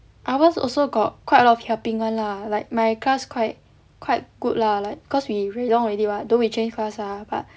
ours also got quite a lot of helping [one] lah like my class quite quite good lah like cause we we long already [what] although we change class ah but